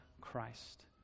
Christ